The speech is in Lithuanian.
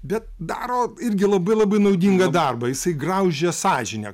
bet daro irgi labai labai naudingą darbą jisai graužia sąžinę